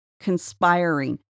conspiring